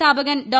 സ്ഥാപകൻ ഡോ